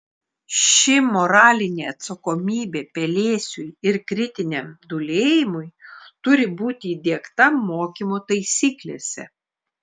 ši moralinė atsakomybė pelėsiui ir kritiniam dūlėjimui turi būti įdiegta mokymo taisyklėse